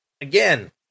again